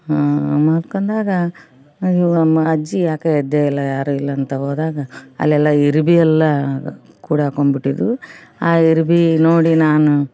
ಮಲ್ಕೊಂಡಾಗ ಅಯ್ಯೋ ಅಮ್ಮ ಅಜ್ಜಿ ಯಾಕೆ ಎದ್ದೇ ಇಲ್ಲ ಯಾರೂ ಇಲ್ಲ ಅಂತ ಹೋದಾಗ ಅಲ್ಲೆಲ್ಲ ಇರುವೆ ಎಲ್ಲ ಕೂಡಾಕೊಂಡ್ಬಿಟ್ಟಿದ್ವು ಆ ಇರುವೆ ನೋಡಿ ನಾನು